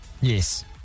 yes